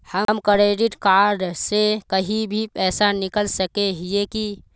हम credit card से कहीं भी पैसा निकल सके हिये की?